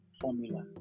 formula